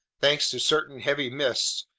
thanks to certain heavy mists,